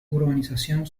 urbanización